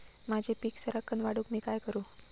माझी पीक सराक्कन वाढूक मी काय करू?